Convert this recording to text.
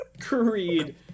Creed